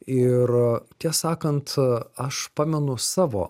ir tiesą sakant aš pamenu savo